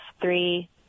three